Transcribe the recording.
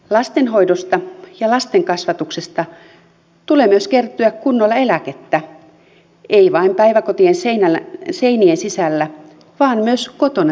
lastenhoidosta ja lastenkasvatuksesta tulee myös kertyä kunnolla eläkettä ei vain päiväkotien seinien sisällä vaan myös kotona työskenteleville